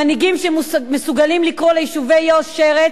מנהיגים שמסוגלים לקרוא ליישובי יו"ש "שרץ",